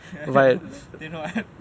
then what